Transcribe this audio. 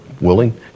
willing